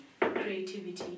creativity